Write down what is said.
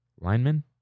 Lineman